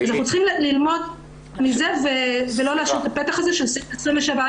אנחנו צריכים ללמוד מזה ולא לאפשר את הפתח הזה של סעיף 27א(ד).